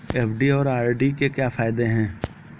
FD और RD के क्या फायदे हैं?